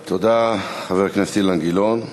תודה, חבר הכנסת אילן גילאון.